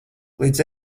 līdz